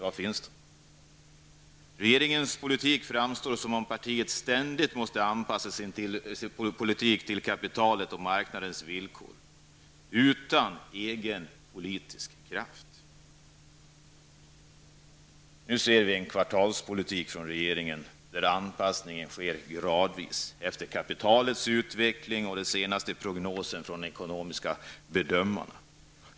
Av regeringens politik tycks det som om partiet ständigt måste anpassa sig till kapitalet och till marknadens villkor utan att ha någon egen politisk kraft. Regeringens politik är nu en kvartalspolitik, där anpassningen sker gradvis efter kapitalets utveckling och efter de senaste prognoserna från de ekonomiska bedömarna.